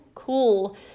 Cool